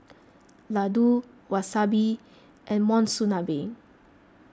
Ladoo Wasabi and Monsunabe